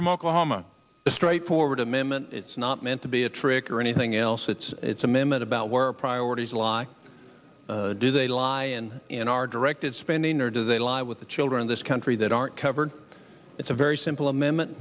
from oklahoma a straightforward amendment it's not meant to be a trick or anything else it's it's a minute about where our priorities lie do they lie and in our directed spending or do they lie with the children in this country that aren't covered it's a very simple amendment